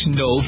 no